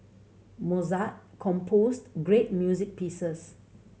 Mozart composed great music pieces